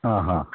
ಹಾಂ ಹಾಂ